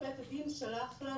לצמצום הסכסוך,